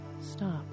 stop